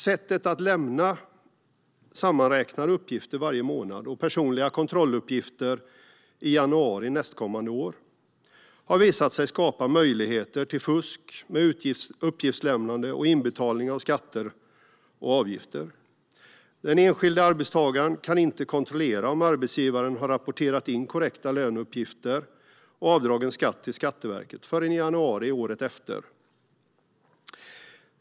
Sättet att lämna sammanräknade uppgifter varje månad och personliga kontrolluppgifter i januari nästkommande år har visat sig skapa möjligheter till fusk med uppgiftslämnande och inbetalning av skatter och avgifter. Den enskilde arbetstagaren kan inte kontrollera om arbetsgivaren har rapporterat in korrekta löneuppgifter och avdragen skatt till Skatteverket förrän i januari året efter.